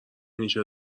نیشت